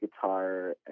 guitar